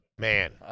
Man